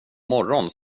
morgon